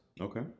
Okay